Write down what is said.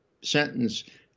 sentence